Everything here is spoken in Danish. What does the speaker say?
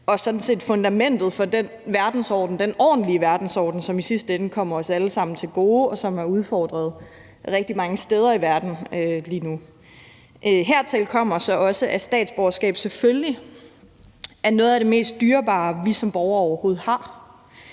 verdensorden – den ordentlige verdensorden – som i sidste ende kommer os alle sammen til gode, og som er udfordret rigtig mange steder i verden lige nu. Hertil kommer så også, at statsborgerskab selvfølgelig er noget af det mest dyrebare, vi som borgere overhovedet har.